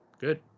Good